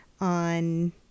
On